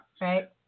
right